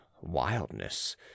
wildness